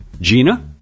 Gina